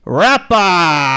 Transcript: rapper